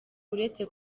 uretse